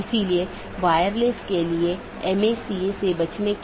इसलिए हमारे पास BGP EBGP IBGP संचार है